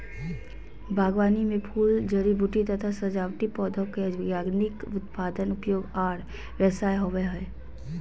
बागवानी मे फूल, जड़ी बूटी तथा सजावटी पौधा के वैज्ञानिक उत्पादन, उपयोग आर व्यवसाय होवई हई